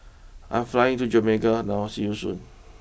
I'm flying to Jamaica now see you Soon